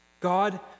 God